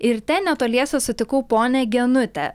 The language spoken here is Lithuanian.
ir ten netoliese sutikau ponią genutę